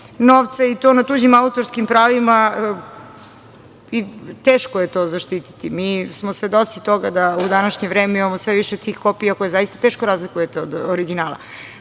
i to na tuđi autorskim pravima i teško je to zaštititi. Mi smo svedoci toga da u današnje vreme imamo sve više tih kopija koje se zaista teško razlikujete od originala,